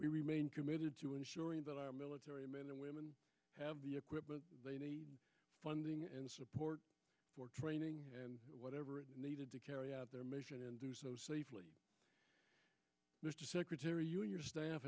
we remain committed to ensuring that our military men and women have the equipment funding and support for training and whatever is needed to carry out their mission and do so safely mr secretary you and your staff